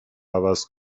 عوض